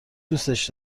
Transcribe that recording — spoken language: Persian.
دوستش